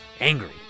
angry